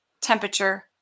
temperature